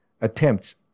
attempts